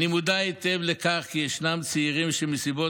אני מודע היטב לכך כי ישנם צעירים שמסיבות